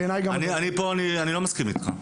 פה אני לא מסכים איתך.